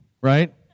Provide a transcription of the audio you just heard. right